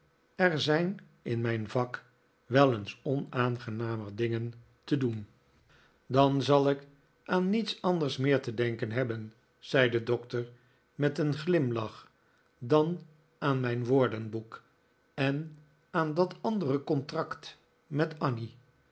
er zijn in mijn vak wel eens onaangenamer dingen te doen dan zal ik aan niets anders meer te denken hebben zei de doctor met een glimlach dan aan mijn woordenboek en aan dat andere contract met annie